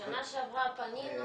בשנה שעברה פנינו,